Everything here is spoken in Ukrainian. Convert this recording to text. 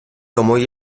тому